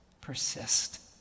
Persist